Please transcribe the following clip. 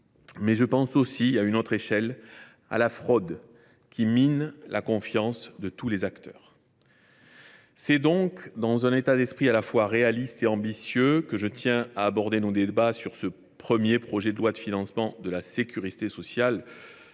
Mais je pense aussi, à une autre échelle, à la fraude, qui mine la confiance de tous les acteurs. C’est donc dans un état d’esprit à la fois réaliste et ambitieux que je tiens à aborder nos débats sur ce premier projet de loi de financement de la sécurité sociale